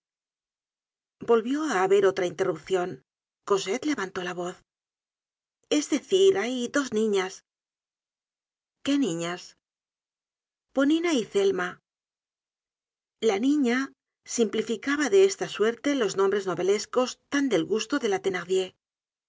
volvió á haber otra interrupcion cosette levantó la voz es decir hay dos niñas qué niñas ponina y zelma la niña simplificaba de esta suerte los nombres novelescos tan del gusto de la